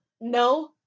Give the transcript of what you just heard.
no